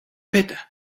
petra